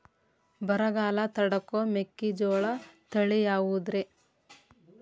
ಬರಗಾಲ ತಡಕೋ ಮೆಕ್ಕಿಜೋಳ ತಳಿಯಾವುದ್ರೇ?